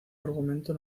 argumento